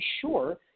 sure